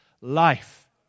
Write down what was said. life